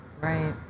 Right